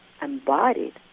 embodied